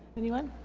anyone?